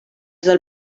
del